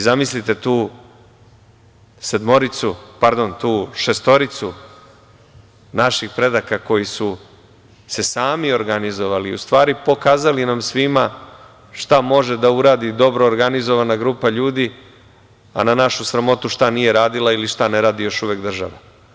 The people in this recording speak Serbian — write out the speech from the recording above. Zamislite tu šestoricu naših predaka koji su se sami organizovali, u stvari pokazali nam svima šta može da uradi dobro organizovana grupa ljudi, a na našu sramotu šta nije radila ili šta ne radi još uvek država.